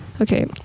okay